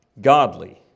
godly